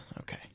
Okay